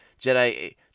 Jedi